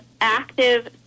active